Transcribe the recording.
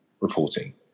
reporting